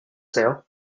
sale